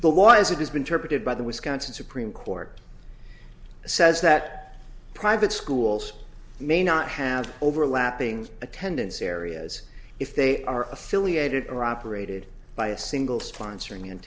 but why is it has been targeted by the wisconsin supreme court says that private schools may not have overlapping attendance areas if they are affiliated or operated by a single sponsoring